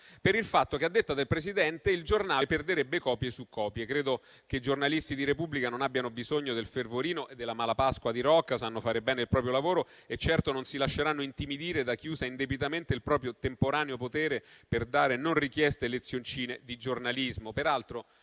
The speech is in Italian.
per il fatto che, a detta del Presidente, il giornale perderebbe copie su copie. Credo che i giornalisti del quotidiano «la Repubblica» non abbiano bisogno del fervorino e della mala pasqua di Rocca, sanno fare bene il proprio lavoro e certo non si lasceranno intimidire da chi usa indebitamente il proprio temporaneo potere per dare non richieste lezioncine di giornalismo.